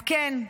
אז כן,